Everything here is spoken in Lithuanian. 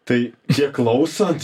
tai čia klausant